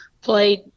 played